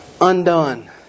Undone